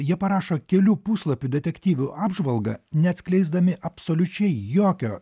jie parašo kelių puslapių detektyvių apžvalgą neatskleisdami absoliučiai jokio